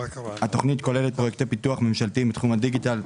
התוכנית כוללת פרויקטי פיתוח ממשלתיים בתחום הדיגיטל,